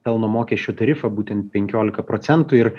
pelno mokesčio tarifą būtent penkiolika procentų ir